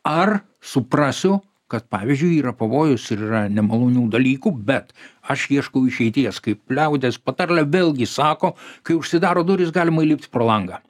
ar suprasiu kad pavyzdžiui yra pavojus ir yra nemalonių dalykų bet aš ieškau išeities kaip liaudies patarlė vėlgi sako kai užsidaro durys galima įlipt pro langą